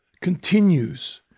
continues